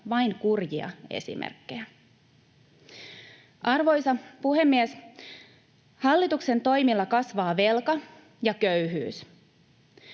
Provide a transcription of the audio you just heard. vain kurjia esimerkkejä. Arvoisa puhemies! Hallituksen toimilla kasvavat velka ja köyhyys.